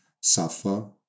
suffer